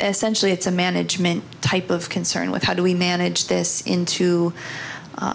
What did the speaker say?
essential it's a management type of concern with how do we manage this into